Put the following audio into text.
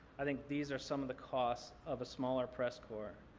i think these are some of the costs of a smaller press corps.